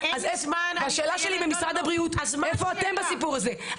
השאלה שלי למשרד הבריאות, איפה אתם בסיפור הזה?